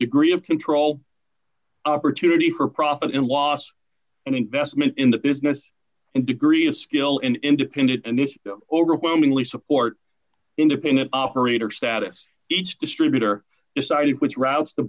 degree of control opportunity for profit and loss and investment in the business and degree of skill and independence and this overwhelmingly support independent operator status each distributor deciding which routes to